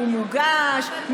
הוא מוגש,